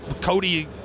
Cody